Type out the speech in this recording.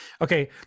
okay